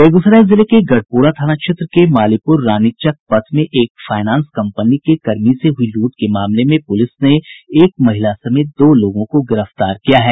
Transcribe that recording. बेगूसराय जिले के गढ़पुरा थाना क्षेत्र के मालीपुर रानीचक पथ में एक फायनांस कम्पनी के कर्मी से हुई लूट के मामले में पुलिस ने एक महिला समेत दो लोगों को गिरफ्तार किया है